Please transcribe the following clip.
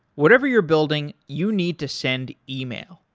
whatever you're building, you need to send yeah e-mail.